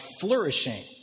flourishing